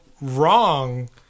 wrong